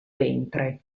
ventre